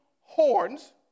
horns